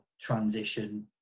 transition